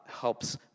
helps